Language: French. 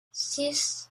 six